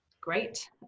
great